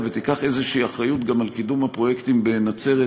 ותיקח איזושהי אחריות גם על קידום הפרויקטים בנצרת,